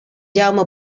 jaume